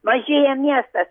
mažėja miestas